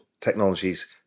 technologies